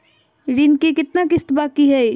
ऋण के कितना किस्त बाकी है?